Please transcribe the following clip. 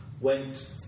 went